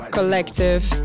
Collective